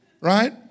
Right